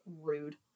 rude